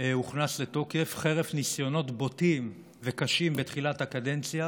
הוכנס לתוקף חרף ניסיונות בוטים וקשים בתחילת הקדנציה